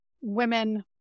women